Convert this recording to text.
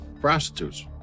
prostitutes